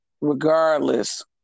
regardless